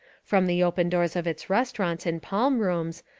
from the open doors of its restaurants and palm rooms,